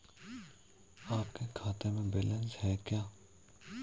आपके खाते में यह बैलेंस है क्या?